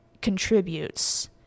contributes